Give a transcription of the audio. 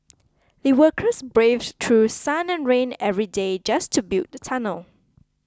the workers braved through sun and rain every day just to build the tunnel